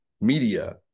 media